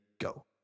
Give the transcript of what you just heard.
Go